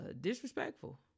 disrespectful